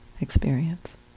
experience